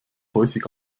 häufig